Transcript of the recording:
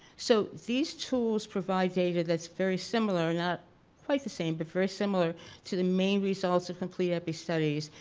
so these tools provide data that's very similar, not quite the same, but very similar to, the main results of complete epi studies,